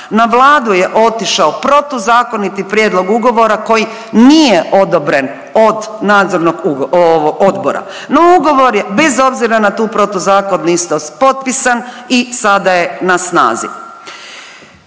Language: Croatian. na Vladu je otišao protuzakoniti prijedlog ugovora koji nije odobren od Nadzornog odbora, no ugovor je bez obzira na tu protuzakonitost potpisan i sada je na snazi.